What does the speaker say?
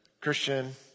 Christian